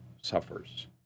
suffers